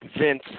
Vince